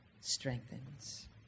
strengthens